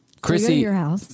Chrissy